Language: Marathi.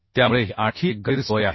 त्यामुळे ही आणखी एक गैरसोय आहे